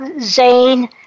Zane